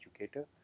educator